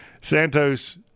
Santos